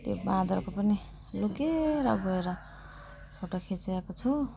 त्यही बाँदरको पनि लुकेर गएर फोटो खिचिआएको छु